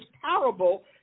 parable